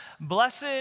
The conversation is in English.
Blessed